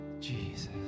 Jesus